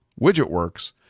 Widgetworks